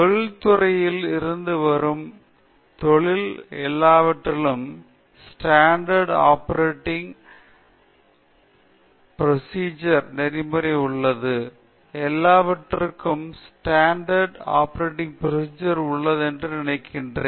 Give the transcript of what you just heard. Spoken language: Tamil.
தொழிற்துறையில் இருந்து வரும் தொழில் எல்லாவற்றிற்கும் ஸ்டாண்டர்டு ஒப்பரேட்டிங் ப்ரோசிஜர் நெறிமுறை உள்ளது எல்லாவற்றிற்கும் ஸ்டாண்டர்டு ஒப்பரேட்டிங் ப்ரோசிஜர் உள்ளது என்று நான் நினைத்தேன்